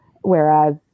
Whereas